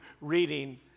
reading